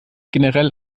generell